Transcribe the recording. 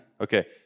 Okay